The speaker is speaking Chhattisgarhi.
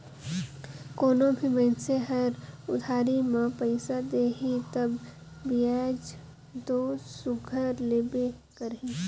कोनो भी मइनसे हर उधारी में पइसा देही तब बियाज दो सुग्घर लेबे करही